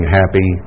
happy